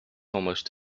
almost